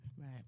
Right